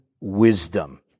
wisdom